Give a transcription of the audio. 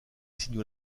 signent